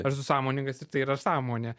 aš esu sąmoningas ir tai yra sąmonė